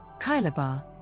Kailabar